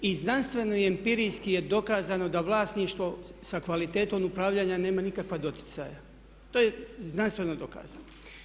I znanstveno i empirijski je dokazano da vlasništvo sa kvalitetom upravljanja nema nikakva doticaja, to je znanstveno dokazano.